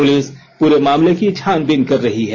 police पूरे मामले की जांच कर रही है